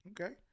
okay